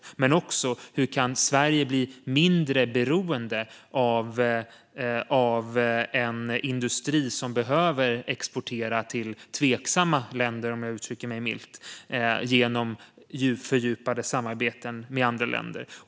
Vi kommer också att behöva fråga oss hur Sverige kan bli mindre beroende av en industri som behöver exportera till tveksamma länder, om jag uttrycker mig milt, genom fördjupade samarbeten med andra länder.